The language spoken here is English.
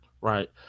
Right